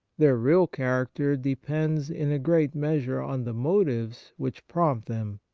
their real character depends in a great' measure on the motives which prompt them,